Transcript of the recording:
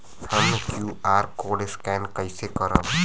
हम QR code scan कइसे करब?